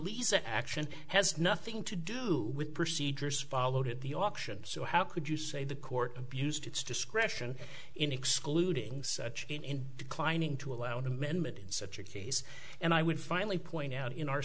lisa action has nothing to do with procedures followed at the option so how could you say the court abused its discretion in excluding such in declining to allow an amendment in such a case and i would finally point out in our